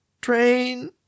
train